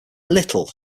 little